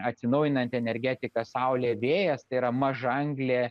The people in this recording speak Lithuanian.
atsinaujinanti energetika saulė vėjas tėra mažaanglė